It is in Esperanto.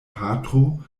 patro